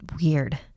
weird